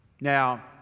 Now